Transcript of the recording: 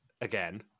again